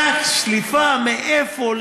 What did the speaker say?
טק, שליפה, מאיפה?